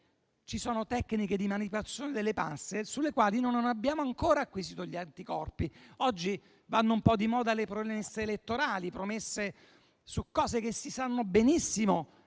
Esistono tecniche di manipolazione delle masse contro le quali non abbiamo ancora acquisito gli anticorpi. Oggi vanno di moda le promesse elettorali su cose che si sa benissimo